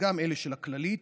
וגם אלה של הכללית,